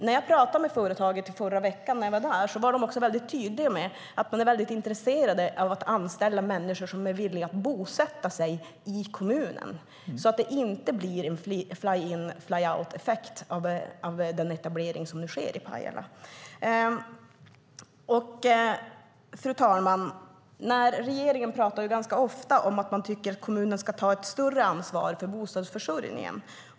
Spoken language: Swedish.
När jag besökte företaget i förra veckan var man tydlig med att man är intresserad av att anställa människor som är villiga att bosätta sig i kommunen så att det inte blir en fly-in-fly-out-effekt av den etablering som sker i Pajala. Fru talman! Regeringen talar ofta om att man tycker att kommunerna ska ta ett större ansvar för bostadsförsörjningen.